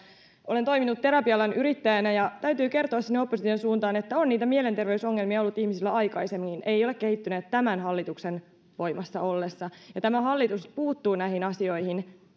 olen toiminut terapia alan yrittäjänä ja täytyy kertoa sinne opposition suuntaan että on niitä mielenterveysongelmia ollut ihmisillä aikaisemminkin eivät ne ole kehittyneet tämän hallituksen voimassa ollessa tämä hallitus puuttuu näihin asioihin